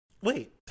Wait